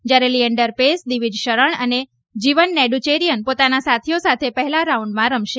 જયારે લિએન્ડર પેસ દિવીજ શરણ અને જીવન નેડુચેરિયન પોતાના સાથીઓ સાથે પહેલા રાઉન્ડમાં રમશે